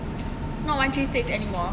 not one three six anymore